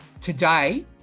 today